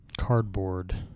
Cardboard